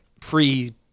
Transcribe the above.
pre